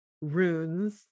runes